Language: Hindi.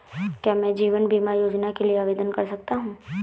क्या मैं जीवन बीमा योजना के लिए आवेदन कर सकता हूँ?